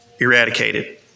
eradicated